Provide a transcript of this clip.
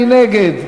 מי נגד?